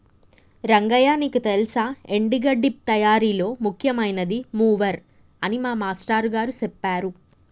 రంగయ్య నీకు తెల్సా ఎండి గడ్డి తయారీలో ముఖ్యమైనది మూవర్ అని మా మాష్టారు గారు సెప్పారు